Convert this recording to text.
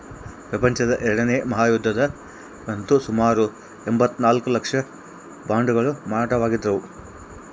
ಪ್ರಪಂಚದ ಎರಡನೇ ಮಹಾಯುದ್ಧದಗಂತೂ ಸುಮಾರು ಎಂಭತ್ತ ನಾಲ್ಕು ಲಕ್ಷ ಬಾಂಡುಗಳು ಮಾರಾಟವಾಗಿದ್ದವು